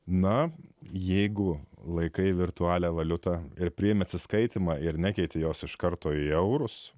na jeigu laikai virtualią valiutą ir priėmė atsiskaitymą ir nekeitė jos iš karto į eurus